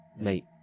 Mate